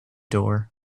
door